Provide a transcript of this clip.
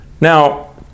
Now